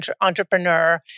entrepreneur